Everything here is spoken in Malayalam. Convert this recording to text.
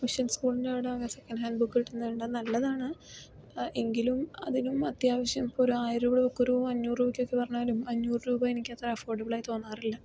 മിഷൻ സ്കൂളിൻ്റെ അവിടെ സെക്കൻഡ് ഹാൻഡ് ബുക്ക് കിട്ടുന്നതുണ്ട് അത് നല്ലതാണ് എങ്കിലും അതിനും അത്യാവശ്യം ഇപ്പോൾ ഒരു ആയിരം രൂപയുടെ ബുക്കൊരു അഞ്ഞൂറു രൂപക്കൊക്കെ പറഞ്ഞാലും അഞ്ഞൂറു രൂപ എനിക്ക് അത്ര അഫോർഡബിളായി തോന്നാറില്ല